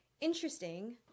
Interesting